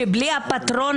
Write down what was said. שבלי הפטרון